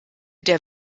der